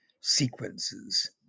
sequences